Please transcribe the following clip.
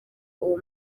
uwo